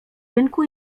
rynku